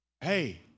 Hey